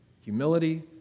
humility